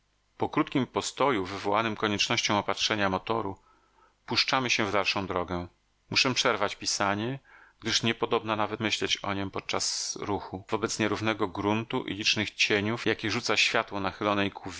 po krótkim postoju wywołanym koniecznością opatrzenia motoru puszczamy się w dalszą drogę muszę przerwać pisanie gdyż nie podobna nawet myśleć o niem podczas ruchu wobec nierównego gruntu i licznych cieniów jakie rzuca światło